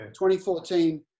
2014